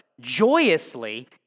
joyously